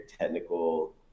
technical